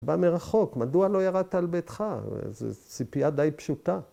‫בא מרחוק, מדוע לא ירדת על ביתך? ‫זו ציפייה די פשוטה.